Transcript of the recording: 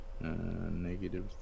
Negative